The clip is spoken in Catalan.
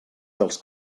dels